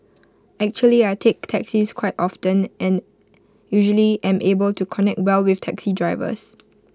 actually I take taxis quite often and usually am able to connect well with taxi drivers